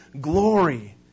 glory